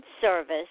service